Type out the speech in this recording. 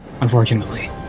unfortunately